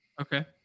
Okay